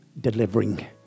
delivering